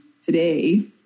today